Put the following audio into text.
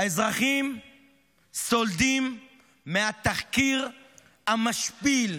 האזרחים סולדים מהתחקיר המשפיל,